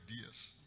ideas